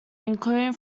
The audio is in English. including